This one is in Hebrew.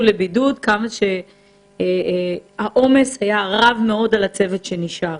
לבידוד כמה שהעומס היה רב על הצוות שנשאר.